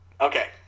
Okay